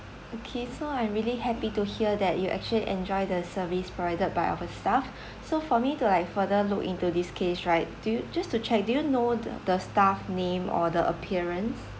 okay so I'm really happy to hear that you actually enjoy the service provided by our staff so for me to like further look into this case right do you just to check do you know the the staff name or the appearance